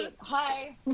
hi